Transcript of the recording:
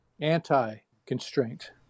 anti-constraint